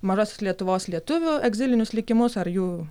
mažosios lietuvos lietuvių egzilinius likimus ar jų